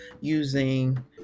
using